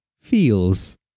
feels